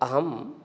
अहं